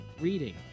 reading